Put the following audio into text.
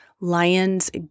Lions